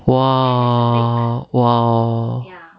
!wow! !wow!